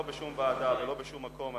לא בשום ועדה ולא בשום מקום.